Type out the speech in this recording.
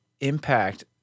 impact